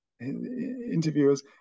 interviewers